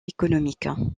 économiques